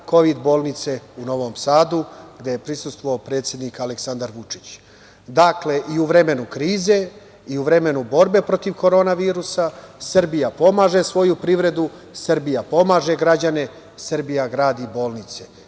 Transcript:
kovid bolnice u Novom Sadu, gde je prisustvovao i predsednik Aleksandar Vučić. Dakle, u vremenu krize i u vremenu borbe protiv korona virusa Srbija pomaže svoju privredu, Srbija pomaže građane, Srbija gradi bolnice,